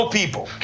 people